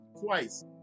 Twice